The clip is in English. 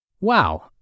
Wow